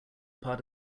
part